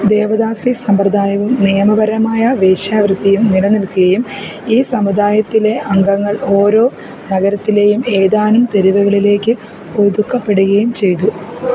ദേവദാസി സമ്പ്രദായവും നിയമപരമായ വേശ്യാവൃത്തിയും നിലനില്ക്കുകയും ഈ സമുദായത്തിലെ അംഗങ്ങള് ഓരോ നഗരത്തിലെയും ഏതാനും തെരുവുകളിലേക്ക് ഒതുക്കപ്പെടുകയും ചെയ്തു